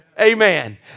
Amen